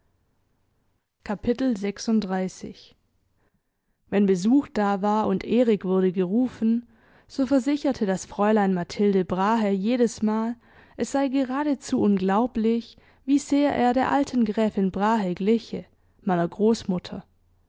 wenn besuch da war und erik wurde gerufen so versicherte das fräulein mathilde brahe jedesmal es sei geradezu unglaublich wie sehr er der alten gräfin brahe gliche meiner großmutter